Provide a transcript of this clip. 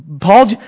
Paul